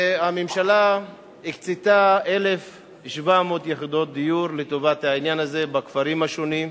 והממשלה הקצתה 1,700 יחידות דיור לטובת העניין הזה בכפרים השונים.